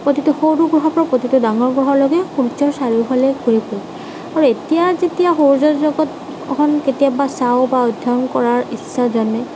প্ৰতিটো সৰু গ্ৰহৰ পৰা প্ৰতিটো ডাঙৰ গ্ৰহলৈকে সূৰ্যৰ চাৰিওফালে ঘূৰি ফুৰে আৰু এতিয়া যেতিয়া সৌৰজগতখন কেতিয়াবা চাওঁ বা অধ্যয়ন কৰাৰ ইচ্ছা জন্মে